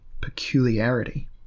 peculiarity